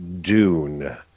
Dune